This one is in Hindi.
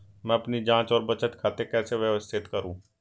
मैं अपनी जांच और बचत खाते कैसे व्यवस्थित करूँ?